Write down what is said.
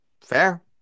Fair